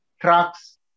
trucks